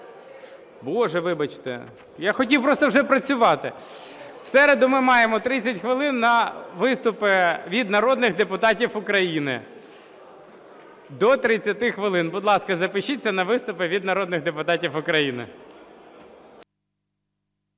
Боже, вибачте. Я хотів просто вже працювати. В середу ми маємо 30 хвилин на виступи від народних депутатів України. До 30 хвилин. Будь ласка, запишіться на виступи від народних депутатів України.